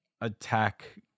attack